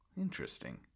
interesting